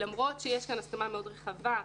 למרות שיש כאן הסכמה מאוד רחבה,